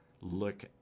look